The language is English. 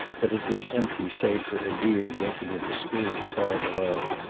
but it was empty save for a deer drinking at the stream far below.